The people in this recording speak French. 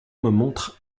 montre